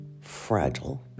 fragile